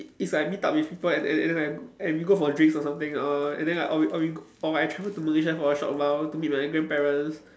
it's like meet up with people and and and I and we go for drinks or something or and then like or we or we or I travel to Malaysia for a short while to meet my grandparents